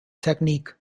technique